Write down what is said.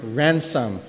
ransom